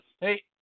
Hey